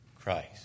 Christ